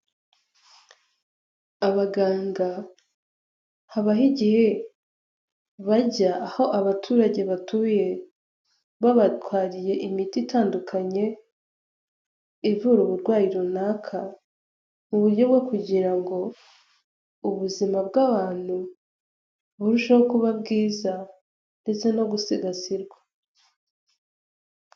Abaganga habaho igihe bajya aho abaturage batuye babatwariye imiti itandukanye ivura uburwayi runaka mu buryo bwo kugira ngo ubuzima bw'abantu burusheho kuba bwiza ndetse no gusigasirwa.